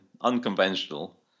unconventional